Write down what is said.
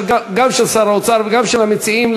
גם של האוצר וגם של המציעים,